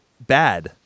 bad